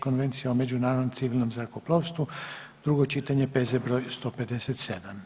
Konvencije o međunarodnom civilnom zrakoplovstvu, drugo čitanje, P.Z. broj 157.